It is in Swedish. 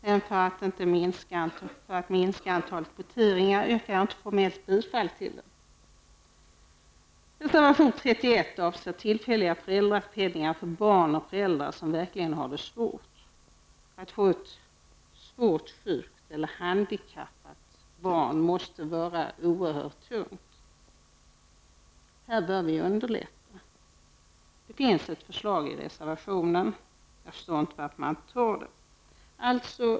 Men för att minska antalet voteringar yrkar jag inte formellt bifall till den reservationen. Reservation 31 avser tillfällig föräldrapenning för barn och föräldrar som verkligen har det svårt. Att få ett svårt sjukt eller handikappat barn är oerhört tungt. Här bör vi underlätta. Det finns ett förslag i reservationen. Jag förstår inte varför man inte antar det. Herr talman!